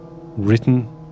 written